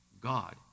God